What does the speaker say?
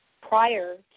prior